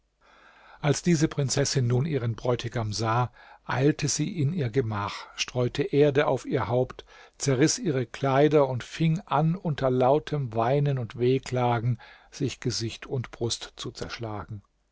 als diese prinzessin nun ihren bräutigam sah eilte sie in ihr gemach streute erde auf ihr haupt zerriß ihre kleider und fing an unter lautem weinen und wehklagen sich gesicht und brust zu zerschlagen